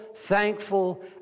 thankful